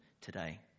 today